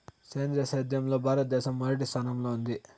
సేంద్రీయ సేద్యంలో భారతదేశం మొదటి స్థానంలో ఉంది